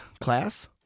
class